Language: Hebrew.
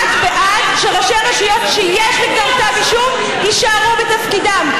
את בעד שראשי רשויות שיש נגדם כתב אישום יישארו בתפקידם.